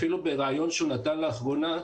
אפילו בראיון שהוא נתן לאחרונה,